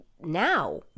now